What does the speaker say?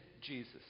Jesus